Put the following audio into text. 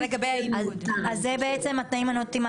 זה בעצם התנאים הנאותים.